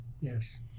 yes